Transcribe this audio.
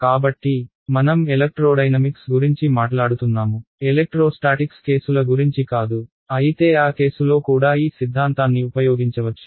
కాబట్టి మనం ఎలక్ట్రోడైనమిక్స్ గురించి మాట్లాడుతున్నాము ఎలెక్ట్రోస్టాటిక్స్ కేసుల గురించి కాదు అయితే ఆ కేసులో కూడా ఈ సిద్ధాంతాన్ని ఉపయోగించవచ్చు